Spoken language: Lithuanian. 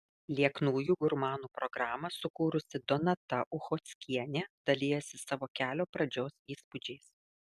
lieknųjų gurmanų programą sukūrusi donata uchockienė dalijasi savo kelio pradžios įspūdžiais